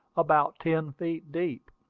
about ten feet deep.